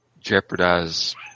jeopardize